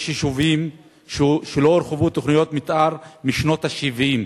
יש יישובים שלא הורחבו בהם תוכניות מיתאר משנות ה-70.